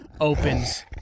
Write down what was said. opens